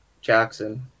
jackson